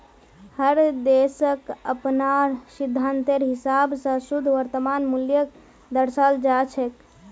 हर देशक अपनार सिद्धान्तेर हिसाब स शुद्ध वर्तमान मूल्यक दर्शाल जा छेक